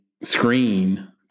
screen